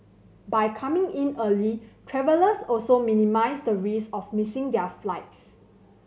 by coming in early travellers also minimise the risk of missing their flights